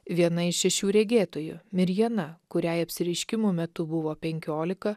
viena iš šešių regėtojų mirjana kuriai apsireiškimų metu buvo penkiolika